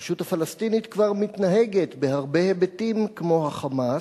הרשות הפלסטינית כבר מתנהגת בהרבה היבטים כמו ה"חמאס".